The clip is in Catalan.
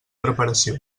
preparació